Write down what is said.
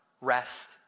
rest